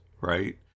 right